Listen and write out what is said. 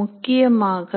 முக்கியமாக